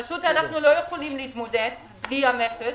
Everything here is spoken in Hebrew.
פשוט אנחנו לא יכולים להתמודד בלי המכס.